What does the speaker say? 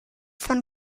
von